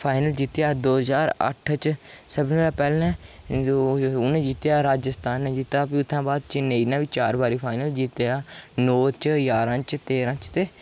final जित्तेआ दो ज्हार अठ्ठ च सभनें शा पैह्लें उ'नें जित्तेआ राजस्थान ने जित्तेआ फ्ही उत्थुआं बाद चन्नेई नै बी चार बारी फाइनल जित्तेआ नौ च ग्याराां च तेरां च ते